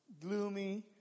gloomy